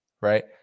right